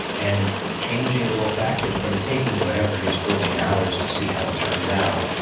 and changing little factors, but taking whatever it is, fourteen hours, to see how it turns out,